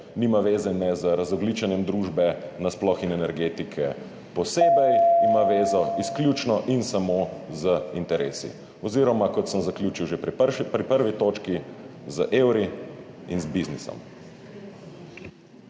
nima zveze ne z razogljičenjem družbe nasploh in energetike posebej, ima zvezo izključno in samo z interesi oziroma, kot sem zaključil že pri 1. točki, z evri in z biznisom.